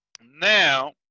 Now